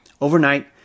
Overnight